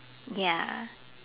ya